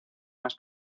más